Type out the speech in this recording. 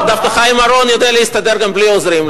דווקא חיים אורון יודע להסתדר גם בלי עוזרים,